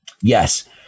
Yes